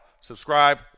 Subscribe